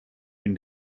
been